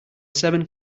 seven